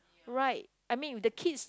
right I mean the kids